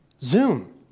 Zoom